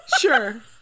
sure